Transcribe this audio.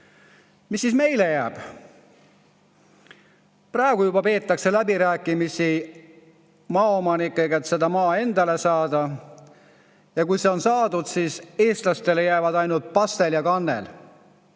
Mis siis meile jääb? Praegu juba peetakse läbirääkimisi maaomanikega, et see maa endale saada. Ja kui see on saadud, siis eestlastele jäävad ainult pastel ja kannel.